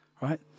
Right